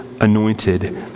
anointed